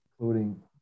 including